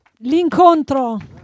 L'incontro